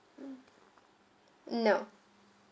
mm no